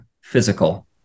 Physical